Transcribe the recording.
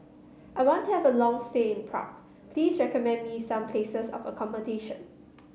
I want to have a long stay in Prague please recommend me some places of accommodation